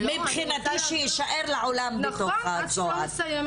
מבחינתי שיישאר לעולם בתוך בית הסוהר,